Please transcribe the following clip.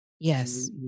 yes